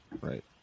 Right